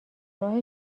راه